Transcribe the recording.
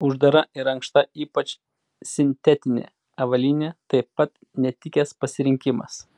uždara ir ankšta ypač sintetinė avalynė taip pat netikęs pasirinkimas